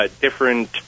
different